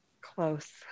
Close